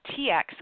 TX